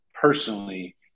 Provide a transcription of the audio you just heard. personally